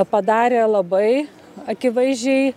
padarė labai akivaizdžiai